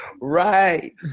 Right